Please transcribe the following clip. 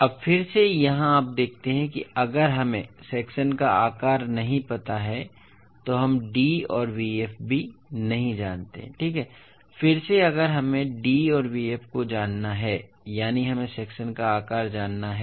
अब फिर से यहाँ आप देखते हैं कि अगर हमें सेक्शन का आकार नहीं पता है तो हम d और bf भी नहीं जानते हैं ठीक है फिर से अगर हमें d और bf को जानना है यानी हमें सेक्शन का आकार जानना है